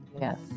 Yes